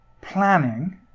planning